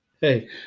Hey